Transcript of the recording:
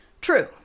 True